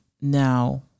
Now